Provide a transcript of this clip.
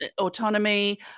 autonomy